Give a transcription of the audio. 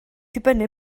dibynnu